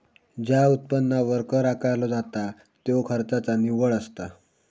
ज्या उत्पन्नावर कर आकारला जाता त्यो खर्चाचा निव्वळ असता